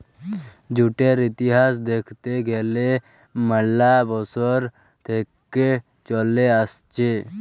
জুটের ইতিহাস দ্যাখতে গ্যালে ম্যালা বসর থেক্যে চলে আসছে